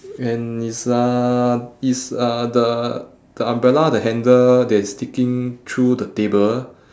and it's a it's a the the umbrella the handle that is sticking through the table